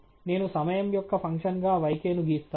నేను సమయం యొక్క ఫంక్షన్ గా yk ను గీస్తాను